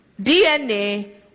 DNA